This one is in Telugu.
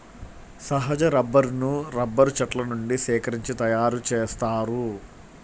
సహజ రబ్బరును రబ్బరు చెట్ల నుండి సేకరించి తయారుచేస్తారు